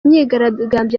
myigaragambyo